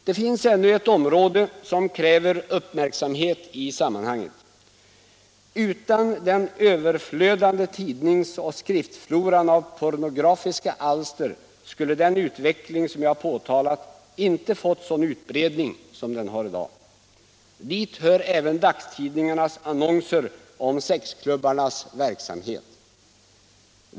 Det finns ännu ett område som kräver uppmärksamhet i sammanhanget. Utan den överflödande tidnings och skriftfloran av pornografiska alster skulle den utveckling jag påtalat inte fått sådan omfattning som den har i dag. Dit hör även dagstidningarnas annonser om sexklubbarnas verksamhet.